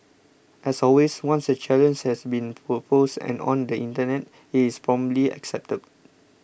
as always once a challenge has been proposed and on the Internet it is promptly accepted